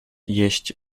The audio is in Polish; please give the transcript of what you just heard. jeść